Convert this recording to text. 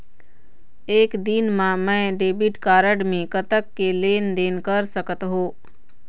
एक दिन मा मैं डेबिट कारड मे कतक के लेन देन कर सकत हो?